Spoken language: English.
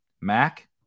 Mac